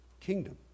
kingdom